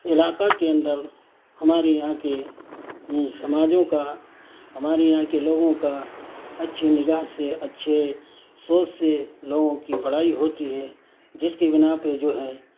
علاقہ کے اندر ہمارے یہاں کے سماجوں کا ہمارے یہاں کے لوگوں کا اچھی نگاہ سے اچھے سوچ سے لوگوں کی بڑائی ہوتی ہے جس کی بنا پہ جو ہے